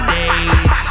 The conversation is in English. days